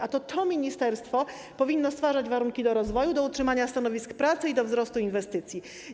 A to to ministerstwo powinno stwarzać warunki do rozwoju, do utrzymania stanowisk pracy i do wzrostu inwestycji.